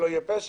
שלא יהיה פשע.